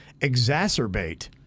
exacerbate